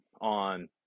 on